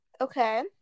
Okay